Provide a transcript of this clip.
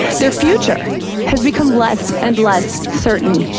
their future has become less and less certain.